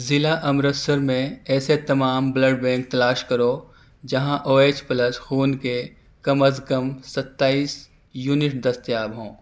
ضلع امرتسر میں ایسے تمام بلڈ بینک تلاش کرو جہاں او ایچ پلس خون کے کم از کم ستائیس یونٹ دستیاب ہوں